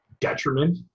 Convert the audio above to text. detriment